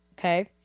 Okay